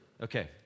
Okay